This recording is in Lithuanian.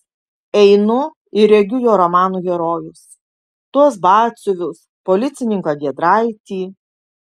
einu ir regiu jo romanų herojus tuos batsiuvius policininką giedraitį